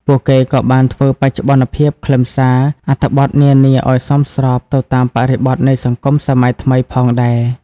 ពួកគេក៏បានធ្វើបច្ចុប្បន្នភាពខ្លឹមសារអត្ថបទនានាឱ្យសមស្របទៅតាមបរិបទនៃសង្គមសម័យថ្មីផងដែរ។